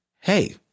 Hey